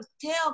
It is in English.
tell